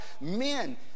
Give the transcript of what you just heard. men